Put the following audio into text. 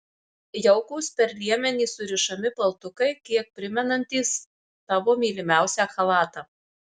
jaukūs per liemenį surišami paltukai kiek primenantys tavo mylimiausią chalatą